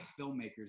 filmmakers